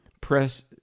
press